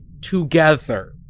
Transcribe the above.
together